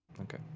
Okay